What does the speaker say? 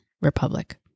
Republic